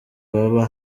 baba